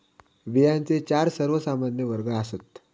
बियांचे चार सर्वमान्य वर्ग आसात